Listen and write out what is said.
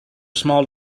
small